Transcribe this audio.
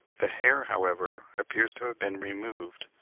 the hair, however, appears to have been removed,